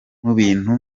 mubintu